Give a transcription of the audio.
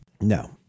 No